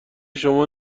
شما